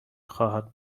خواهد